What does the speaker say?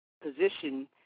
position